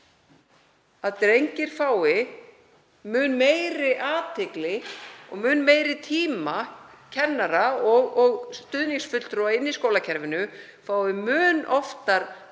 að drengir fái mun meiri athygli og mun meiri tíma kennara og stuðningsfulltrúa í skólakerfinu og fái mun oftar